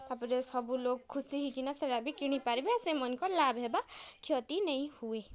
ତାପରେ ସବୁ ଲୋକ୍ ଖୁସି ହେଇକିନା ସେଟା ବି କିଣିପାର୍ବେ ଆର୍ ସେମାଙ୍କର୍ ଲାଭ୍ ହେବା କ୍ଷତି ନେଇଁ ହୁଏ